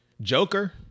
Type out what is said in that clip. Joker